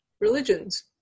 religions